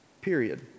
Period